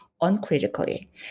uncritically